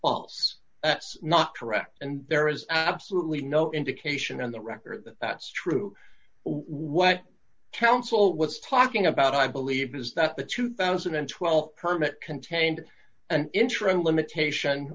not correct and there is absolutely no indication on the record that's true what counsel was talking about i believe is that the two thousand and twelve permit contained an interim limitation